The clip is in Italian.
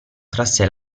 trasse